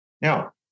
Now